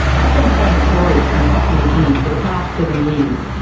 i've been telling stories from papua new guinea for the past seven years.